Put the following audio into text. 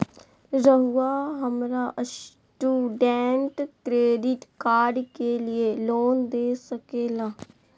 रहुआ हमरा student credit card के लिए लोन दे सके ला?